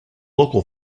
local